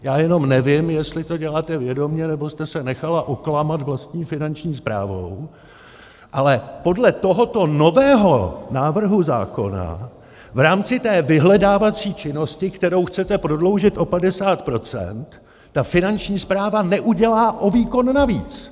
Já jenom nevím, jestli to děláte vědomě, nebo jste se nechala oklamat vlastní Finanční správou, ale podle tohoto nového návrhu zákona v rámci té vyhledávací činnosti, kterou chcete prodloužit o 50 %, ta Finanční správa neudělá o výkon navíc.